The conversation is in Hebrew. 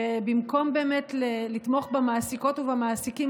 שבמקום באמת לתמוך במעסיקות ובמעסיקים